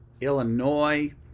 Illinois